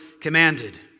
commanded